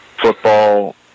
Football